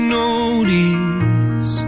notice